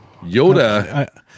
Yoda